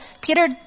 Peter